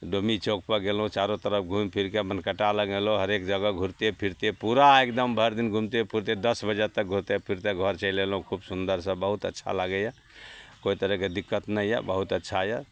डोमनी चौकपर गेलहुँ चारो तरफ घुमिफिरिके बनकटा लग अएलहुँ हरेक जगह घुरिते फिरिते पूरा एगदम भरिदिन घुमिते फिरिते दस बजे तक घुरिते फिरिते घर चलि अएलहुँ खूब सुन्दरसे बहुत अच्छा लागैए कोइ तरहके दिक्कत नहि यऽ बहुत अच्छा यऽ